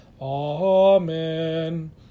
Amen